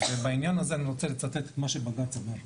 ובענין הזה אני רוצה לצטט את מה שבג"צ אמר.